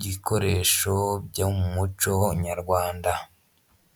bikoresho byo mu muco nyarwanda.